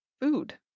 food